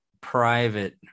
private